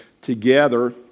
together